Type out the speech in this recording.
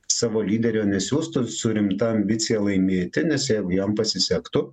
savo lyderio nesiųstų su rimta ambicija laimėti nes jei jam pasisektų